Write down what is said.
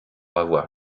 avoir